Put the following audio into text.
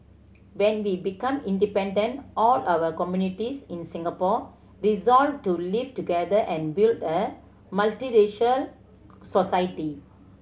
when we became independent all our communities in Singapore resolved to live together and build a multiracial society